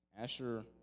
Asher